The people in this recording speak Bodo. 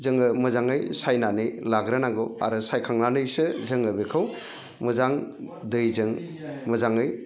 जोङो मोजाङै सायनानै लाग्रोनांगौ आरो सायखांनानैसो जोङो बेखौ मोजां दैजों मोजाङै